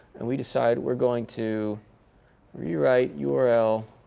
and we decide we're going to rewrite yeah url